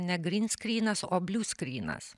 ne grynskrynas o bliuskrynas